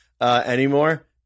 anymore